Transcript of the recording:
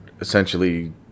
essentially